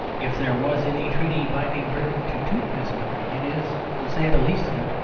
if there was any treaty binding britain to teutonism it is, to say the least of it,